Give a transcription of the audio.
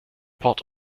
port